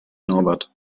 norbert